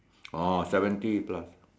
oh seventy plus